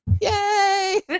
Yay